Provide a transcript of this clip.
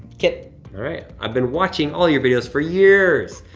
kip. all right, i've been watching all your videos for years,